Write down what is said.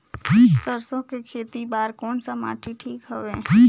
सरसो के खेती बार कोन सा माटी ठीक हवे?